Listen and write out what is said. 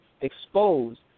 exposed